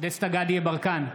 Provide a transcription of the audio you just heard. דסטה גדי יברקן,